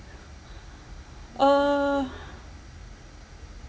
uh